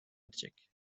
edecek